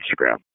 Instagram